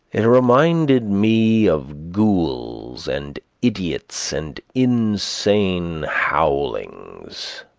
it reminded me of ghouls and idiots and insane howlings.